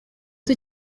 ute